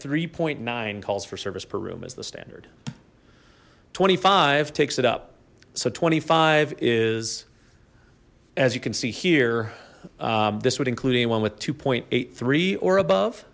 three point nine calls for service per room as the standard twenty five takes it up so twenty five is as you can see here this would include anyone with two eight three or above